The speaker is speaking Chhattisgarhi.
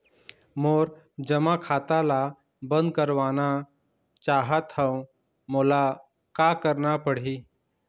मोर जमा खाता ला बंद करवाना चाहत हव मोला का करना पड़ही?